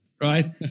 right